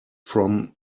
from